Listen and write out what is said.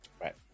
right